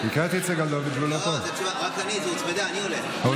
הקראתי את סגלוביץ' והוא לא פה.